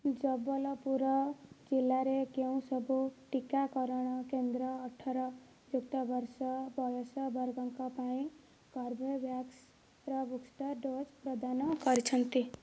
ଜବଲପୁର ଜିଲ୍ଲାରେ କେଉଁ ସବୁ ଟିକାକରଣ କେନ୍ଦ୍ର ଅଠର ଯୁକ୍ତ ବର୍ଷ ବୟସ ବର୍ଗଙ୍କ ପାଇଁ କର୍ବେଭ୍ୟାକ୍ସର ବୁଷ୍ଟର୍ ଡ଼ୋଜ୍ ପ୍ରଦାନ କରିଛନ୍ତି